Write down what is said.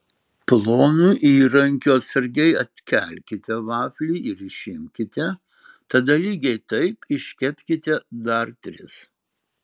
plonu įrankiu atsargiai atkelkite vaflį ir išimkite tada lygiai taip iškepkite dar tris